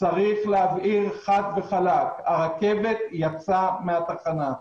צריך להבהיר חד וחלק שהרכבת יצאה מהתחנה.